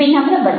વિનમ્ર બનો